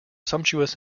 sumptuous